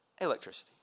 Electricity